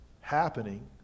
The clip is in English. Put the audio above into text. happening